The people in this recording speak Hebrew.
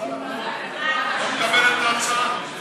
לא מקבלת את ההצעה?